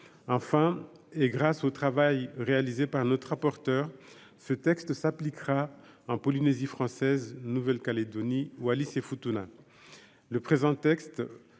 enfin et grâce au travail réalisé par notre rapporteur, ce texte s'appliquera en Polynésie française, Nouvelle-Calédonie, Wallis et Futuna